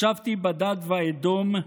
ישבתי בדד ואדום,